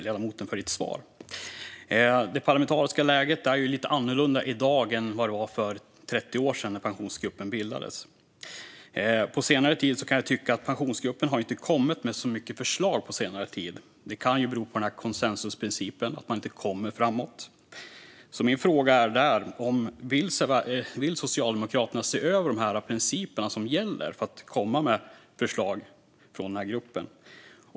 Herr talman! Tack, ledamoten, för svaret! Det parlamentariska läget är lite annorlunda i dag jämfört med hur det var för 30 år sedan, när Pensionsgruppen bildades. Jag kan tycka att Pensionsgruppen inte har kommit med så många förslag på senare tid. Det kan bero på konsensusprincipen att man inte kommer framåt. Mina frågor är därför: Vill Socialdemokraterna se över de principer som gäller för att gruppen ska komma med förslag?